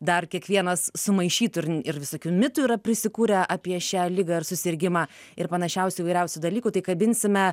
dar kiekvienas sumaišytų ir ir visokių mitų yra prisikūrę apie šią ligą ir susirgimą ir panašiausių įvairiausių dalykų tai kabinsime